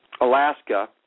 Alaska